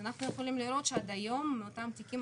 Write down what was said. אז אפשר לראות שעד היום מאותם תיקים